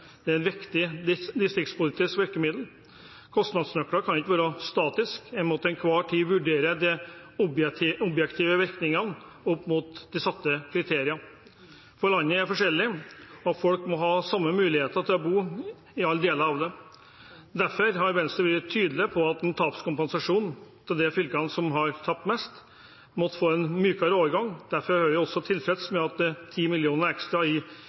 Det er et viktig distriktspolitisk virkemiddel. Kostnadsnøkler kan ikke være statiske; en må til enhver tid vurdere de objektive virkningene opp mot de satte kriteriene. Landet er variert, og folk må ha de samme mulighetene til å bo i alle delene av det. Derfor har Venstre vært tydelig på, når det gjelder tapskompensasjon, at de fylkene som har tapt mest, måtte få en mykere overgang. Derfor er vi også tilfreds med at det er 10 mill. kr ekstra